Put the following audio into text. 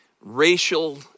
racial